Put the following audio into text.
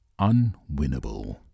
unwinnable